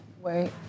Wait